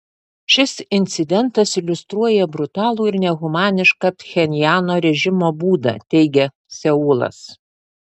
šis incidentas iliustruoja brutalų ir nehumanišką pchenjano režimo būdą teigia seulas